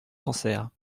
sancerre